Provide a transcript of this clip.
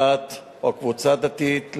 דת או קבוצה דתית,